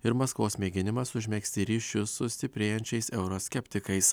ir maskvos mėginimas užmegzti ryšius su stiprėjančiais euroskeptikais